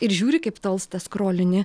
ir žiūri kaip tolsta skrolini